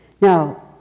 Now